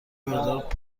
مقدار